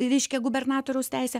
reiškia gubernatoriaus teisę